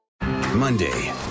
Monday